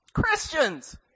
Christians